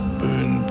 burn